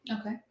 Okay